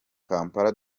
kampala